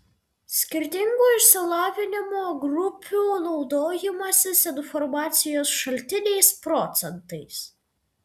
skirtingų išsilavinimo grupių naudojimasis informacijos šaltiniais procentais